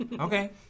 Okay